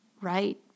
right